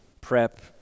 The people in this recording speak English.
prep